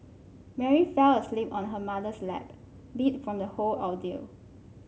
Mary fell asleep on her mother's lap beat from the whole ordeal